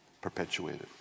perpetuated